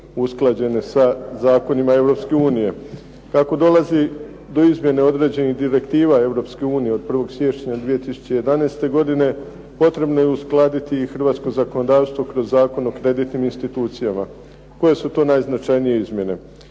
usklađene sa zakonima EU. Kako dolazi do izmjene određenih direktiva EU od 01. siječnja 2011. godine, potrebno je uskladiti i hrvatsko zakonodavstvo kroz Zakon o kreditnim institucijama. Koje su to najznačajnije izmjene?